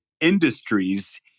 industries